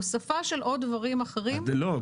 הוספה של עוד דברים אחרים --- לא,